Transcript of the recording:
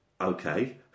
Okay